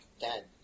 dead